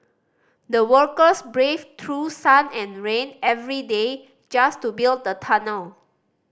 the workers braved through sun and rain every day just to build the tunnel